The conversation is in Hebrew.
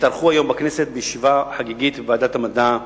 התארחו היום בכנסת, בישיבה חגיגית בוועדת המדע,